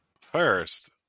first